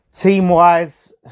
team-wise